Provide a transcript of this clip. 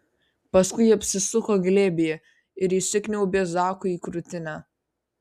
paskui apsisuko glėbyje ir įsikniaubė zakui į krūtinę